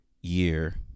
year